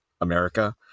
America